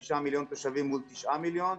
3.6 מיליון תושבים מול תשעה מיליון.